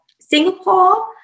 Singapore